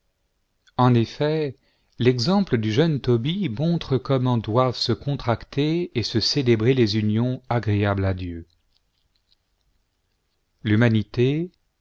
en effet i l'exemple du jeune tobie montre comment doivent se contracter et se célébrer les unions agréables à dieu l'humanité